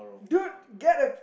dude get a